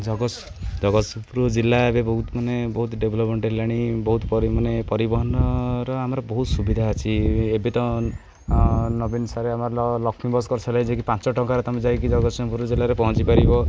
ଜଗତସିଂପୁରୁ ଜିଲ୍ଲା ଏବେ ବହୁତ ମାନେ ବହୁତ ଡେଭଲପମେଣ୍ଟ ହେଲାଣି ବହୁତ ମାନେ ପରିବହନର ଆମର ବହୁତ ସୁବିଧା ଅଛି ଏବେ ତ ନବୀନ ସାର ଆମର ଲକ୍ଷ୍ମୀ ବସ୍ କରିଦେଲେ ଯାଇକି ପାଞ୍ଚ ଟଙ୍କାରେ ତୁମେ ଯାଇକି ଜଗତସିଂହପୁର ଜିଲ୍ଲାରେ ପହଞ୍ଚିପାରିବ